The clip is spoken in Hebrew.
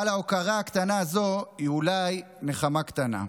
אבל ההוקרה הקטנה הזו היא אולי נחמה קטנה.